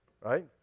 Right